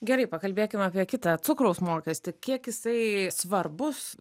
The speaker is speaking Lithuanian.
gerai pakalbėkime apie kitą cukraus mokestį kiek jisai svarbus